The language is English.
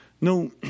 no